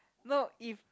no if